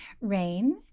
Rain